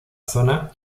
zona